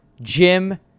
Jim